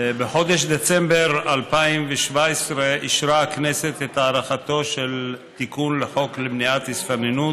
בחודש דצמבר 2017 אישרה הכנסת את הארכתו של תיקון לחוק למניעת הסתננות